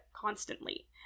constantly